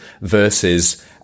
versus